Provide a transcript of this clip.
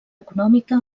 econòmica